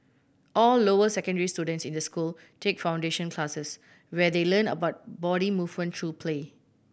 all lower secondary students in the school take foundation classes where they learn about body movement through play